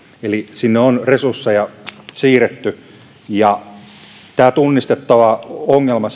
eli sinne on resursseja siirretty tämä on tunnistettava ongelma